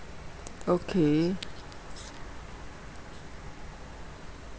okay